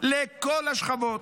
בכל השכבות,